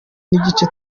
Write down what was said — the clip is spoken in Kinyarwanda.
n’igice